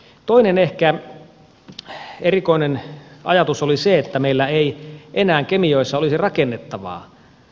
toinen ehkä erikoinen ajatus oli se että meillä ei enää kemijoessa olisi rakennettavaa